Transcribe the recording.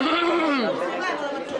אבל נשקול את זה.